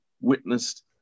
witnessed